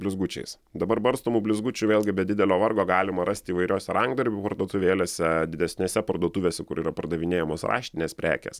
blizgučiais dabar barstomų blizgučių vėlgi be didelio vargo galima rasti įvairiose rankdarbių parduotuvėlėse didesnėse parduotuvėse kur yra pardavinėjamos raštinės prekės